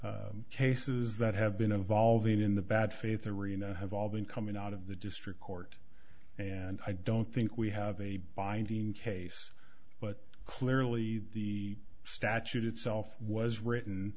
the cases that have been evolving in the bad faith arena have all been coming out of the district court and i don't think we have a binding case but clearly the statute itself was written